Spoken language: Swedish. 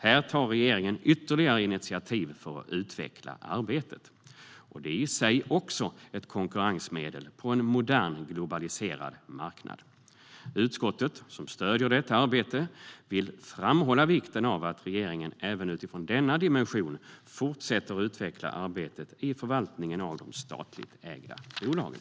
Här tar regeringen ytterligare initiativ för att utveckla arbetet. Det är i sig också ett konkurrensmedel på en modern globaliserad marknad. Utskottet, som stöder detta arbete, vill framhålla vikten av att regeringen även utifrån denna dimension fortsätter att utveckla arbetet i förvaltningen av de statligt ägda bolagen.